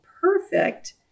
perfect